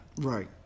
Right